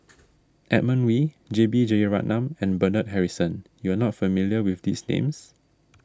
Edmund Wee J B Jeyaretnam and Bernard Harrison you are not familiar with these names